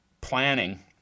planning